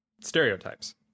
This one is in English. Stereotypes